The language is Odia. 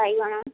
ବାଇଗଣ